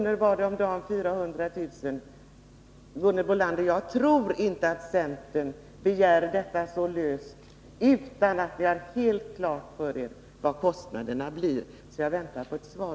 om dagen för 400 000 människor. Jag tror inte, Gunhild Bolander, att ni i centern utan vidare skulle begära något sådant om ni var klara över vilka kostnaderna blir. Jag väntar på ett Svar.